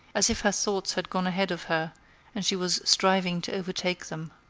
as if her thoughts had gone ahead of her and she was striving to overtake them.